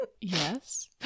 Yes